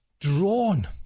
drawn